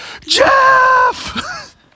Jeff